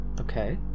Okay